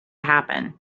happen